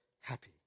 happy